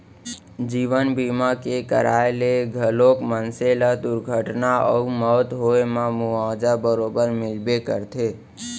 जीवन बीमा के कराय ले घलौक मनसे ल दुरघटना अउ मउत होए म मुवाजा बरोबर मिलबे करथे